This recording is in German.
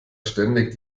ständig